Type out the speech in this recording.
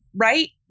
right